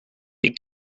the